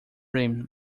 rim